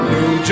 New